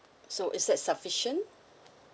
so is that sufficient